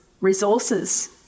resources